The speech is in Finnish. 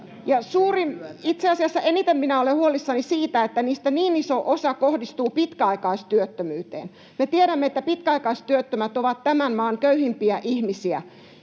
eniten minä olen huolissani siitä, että näistä niin iso osa kohdistuu pitkäaikaistyöttömyyteen. Me tiedämme, että pitkäaikaistyöttömät ovat tämän maan köyhimpiä ihmisiä,